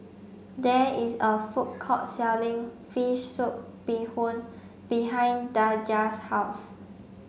there is a food court selling fish soup bee hoon behind Daja's house